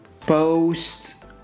post